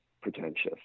pretentious